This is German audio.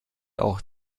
auch